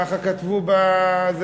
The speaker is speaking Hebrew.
ככה כתוב בזה,